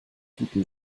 guten